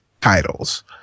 titles